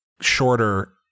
shorter